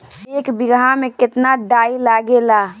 एक बिगहा में केतना डाई लागेला?